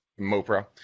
Mopra